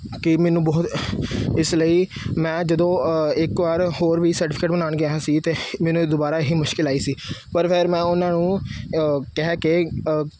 ਕਿ ਮੈਨੂੰ ਬਹੁਤ ਇਸ ਲਈ ਮੈਂ ਜਦੋਂ ਇੱਕ ਵਾਰ ਹੋਰ ਵੀ ਸਰਟੀਫਿਕੇਟ ਬਣਾਉਣ ਗਿਆ ਸੀ ਅਤੇ ਮੈਨੂੰ ਦੁਬਾਰਾ ਇਹ ਹੀ ਮੁਸ਼ਕਿਲ ਆਈ ਸੀ ਪਰ ਫਿਰ ਮੈਂ ਉਹਨਾਂ ਨੂੰ ਕਹਿ ਕੇ